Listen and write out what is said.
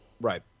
Right